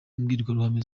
imbwirwaruhame